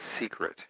secret